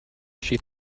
she